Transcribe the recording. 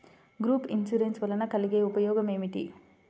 Group insurance వలన కలిగే ఉపయోగమేమిటీ?